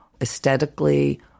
aesthetically